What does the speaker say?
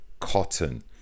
cotton